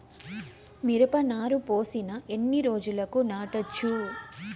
మిరప నారు పోసిన ఎన్ని రోజులకు నాటచ్చు?